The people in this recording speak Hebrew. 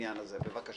ב-20%.